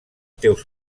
teus